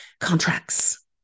contracts